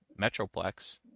metroplex